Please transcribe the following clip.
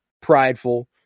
prideful